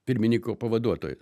pirmininko pavaduotoja